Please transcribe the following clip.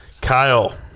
Kyle